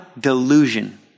Delusion